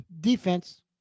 Defense